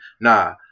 Nah